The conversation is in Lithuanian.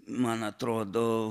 man atrodo